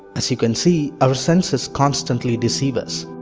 as you can see our senses constantly deceive us.